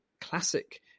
classic